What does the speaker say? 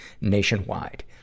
nationwide